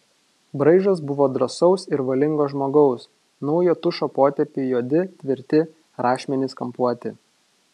braižas buvo drąsaus ir valingo žmogaus naujo tušo potėpiai juodi tvirti rašmenys kampuoti